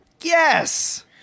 Yes